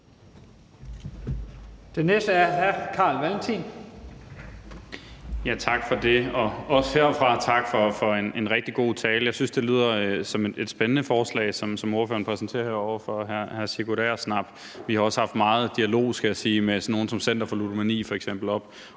Valentin. Kl. 16:14 Carl Valentin (SF): Tak for det, og også herfra tak for en rigtig god tale. Jeg synes, det lyder som et spændende forslag, ordføreren præsenterer her over for hr. Sigurd Agersnap. Vi har også haft meget dialog, skal jeg sige, med sådan nogle som f.eks.